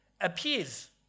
appears